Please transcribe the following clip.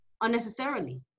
unnecessarily